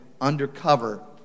Undercover